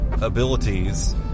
abilities